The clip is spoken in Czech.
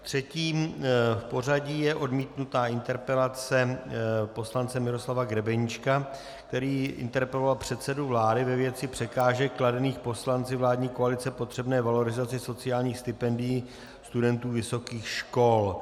Třetí v pořadí je odmítnutá interpelace poslance Miroslava Grebeníčka, který interpeloval předsedu vlády ve věci překážek kladených poslanci vládní koalici potřebné valorizaci sociálních stipendií studentů vysokých škol.